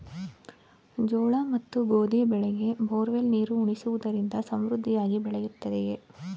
ಜೋಳ ಮತ್ತು ಗೋಧಿ ಬೆಳೆಗೆ ಬೋರ್ವೆಲ್ ನೀರು ಉಣಿಸುವುದರಿಂದ ಸಮೃದ್ಧಿಯಾಗಿ ಬೆಳೆಯುತ್ತದೆಯೇ?